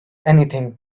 anything